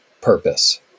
purpose